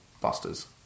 Busters